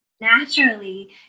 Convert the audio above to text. naturally